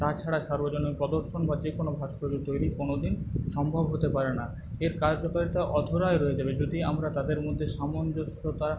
তাছাড়া সার্বজনীন প্রদর্শন বা যে কোনো ভাস্কর্য তৈরি কোনোদিন সম্ভব হতে পারে না এর কার্যকারিতা অধরাই রয়ে যাবে যদি আমরা তাদের মধ্যে সামঞ্জস্যতা